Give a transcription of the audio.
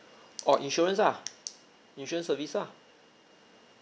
orh insurance lah insurance service lah